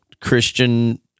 Christian